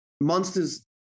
Monsters